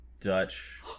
dutch